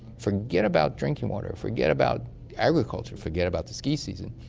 forget about drinking water. forget about agriculture. forget about the ski season.